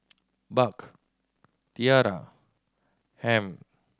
Buck Tiara Ham